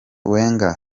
wenger